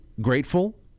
grateful